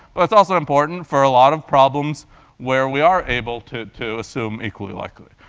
but it's also important for a lot of problems where we are able to to assume equally likely.